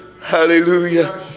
hallelujah